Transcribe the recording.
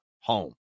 home